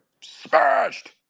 smashed